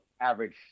average